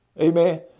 Amen